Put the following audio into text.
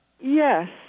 Yes